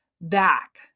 back